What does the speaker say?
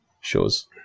shows